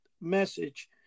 message